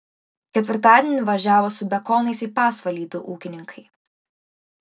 ketvirtadienį važiavo su bekonais į pasvalį du ūkininkai